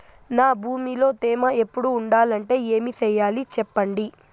నా భూమిలో తేమ ఎప్పుడు ఉండాలంటే ఏమి సెయ్యాలి చెప్పండి?